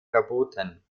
verboten